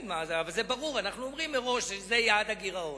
אבל זה ברור, אנחנו אומרים מראש: זה יעד הגירעון.